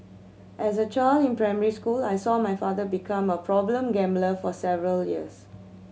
as a child in primary school I saw my father become a problem gambler for several years